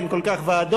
אין כל כך ועדות,